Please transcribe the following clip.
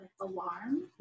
alarm